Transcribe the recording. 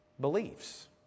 beliefs